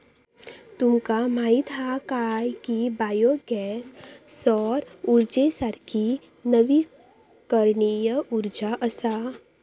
तुमका माहीत हा काय की बायो गॅस सौर उर्जेसारखी नवीकरणीय उर्जा असा?